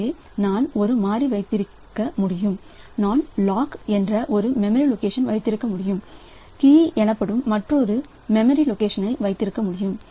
எனவே நான் ஒரு மாறி வைத்திருக்க முடியும் நான் லாக் என்று ஒரு மெமரி லொகேஷன் வைத்திருக்க முடியும் கீ எனப்படும் மற்றொரு மெமரி லொகேஷன் வைத்திருக்க முடியும்